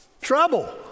trouble